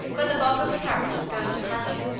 but the bulk of the property goes to harvey.